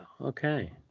Okay